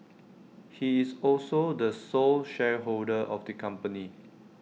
he is also the sole shareholder of the company